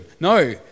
No